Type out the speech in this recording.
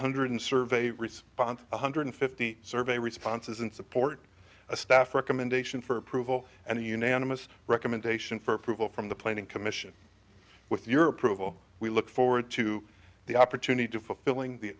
hundred survey response one hundred fifty survey responses in support a staff recommendation for approval and a unanimous recommendation for approval from the planning commission with your approval we look forward to the opportunity to fulfilling the